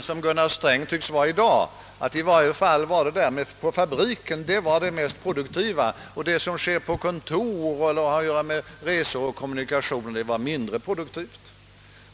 som Gunnar Sträng tycks vara i dag, att i varje fall arbetet på fabriken är det mest produktiva och att det som sker på kontor eller har att göra med resor och kommunikationer är mindre produktivt.